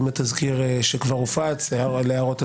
עם התזכיר שכבר הופץ להערות הציבור.